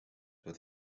with